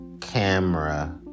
camera